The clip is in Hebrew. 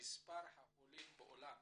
מספר החולים בעולם